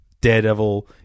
Daredevil